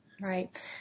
Right